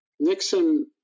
Nixon